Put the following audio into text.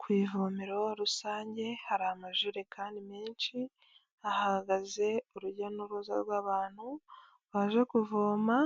Ku ivomero rusange hari amajerekani menshi hahagaze urujya n'uruza rw'abantu baje kuvoma,